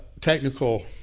technical